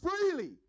Freely